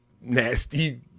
nasty